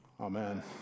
Amen